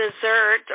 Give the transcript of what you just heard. dessert